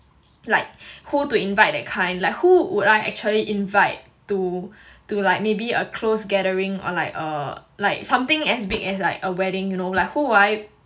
like who to invite that kind like who would I actually invite to to like maybe a close gathering or like err like something as big as like a wedding you know who will I